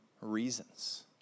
reasons